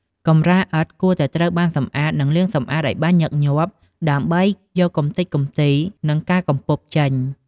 កម្រាលឥដ្ឋគួរតែត្រូវបានសម្អាត និងលាងសម្អាតឱ្យបានញឹកញាប់ ដើម្បីយកកំទេចកំទី និងការកំពប់ចេញ។